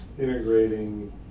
integrating